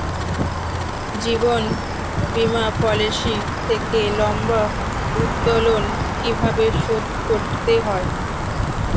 জীবন বীমা পলিসি থেকে লম্বা উত্তোলন কিভাবে শোধ করতে হয়?